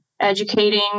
educating